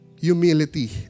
humility